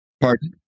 Pardon